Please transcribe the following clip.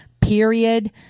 Period